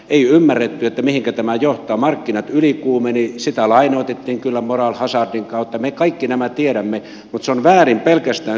ei ymmärretty mihinkä tämä johtaa markkinat ylikuumenivat sitä lainoitettiin kyllä moral hazardin kautta me kaikki nämä tiedämme mutta on väärin pelkästään syyttää euroa